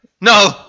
No